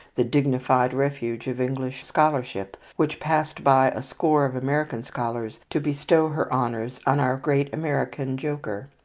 the dignified refuge of english scholarship, which passed by a score of american scholars to bestow her honours on our great american joker.